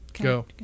Go